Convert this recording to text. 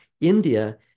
India